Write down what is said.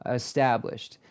established